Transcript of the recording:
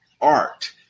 art